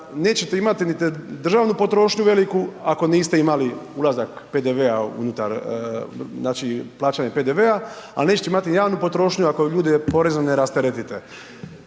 nećete imati niti državnu potrošnju veliku ako niste imali ulazak PDV-a unutar znači plaćanje PDV-a, ali nećete imati niti javnu potrošnju ako ljude porezno ne rasteretite.